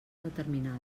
determinada